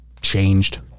changed